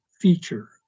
feature